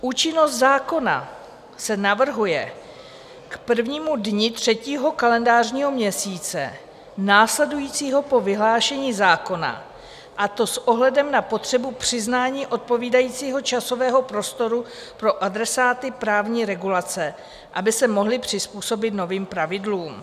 Účinnost zákona se navrhuje k prvnímu dni třetího kalendářního měsíce následujícího po vyhlášení zákona, a to s ohledem na potřebu přiznání odpovídajícího časového prostoru pro adresáty právní regulace, aby se mohli přizpůsobit novým pravidlům.